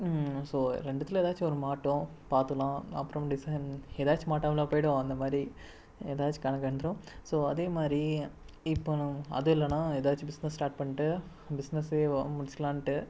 so ரெண்டுத்தில் ஏதாச்சும் ஒரு மாட்டும் பார்த்துக்குலாம் அப்புறம் டிசைன் ஏதாச்சும் மாட்டாமலா போய்விடும் அந்த மாதிரி ஏதாச்சும் கணக்கு வந்துடும் ஸோ அதே மாதிரி இப்போ அதுவும் இல்லைனா ஏதாச்சும் பிஸ்னஸ் ஸ்டார்ட் பண்ணிவிட்டு பிஸ்னஸே முடிச்சுக்கிலான்ட்டு